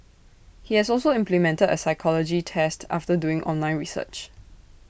he has also implemented A psychology test after doing online research